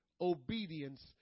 obedience